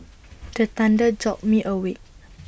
the thunder jolt me awake